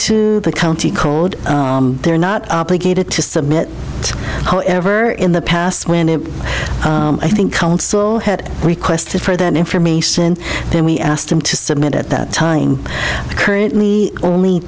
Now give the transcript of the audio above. to the county court they're not obligated to submit however in the past when i think counsel had requested for that information then we asked them to submit at that time currently only